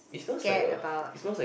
scared about